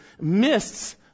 mists